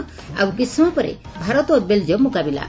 ଆଉ କିଛି ସମୟ ପରେ ଭାରତ ଓ ବେଲ୍ଜିୟମ୍ ମୁକାବିଲା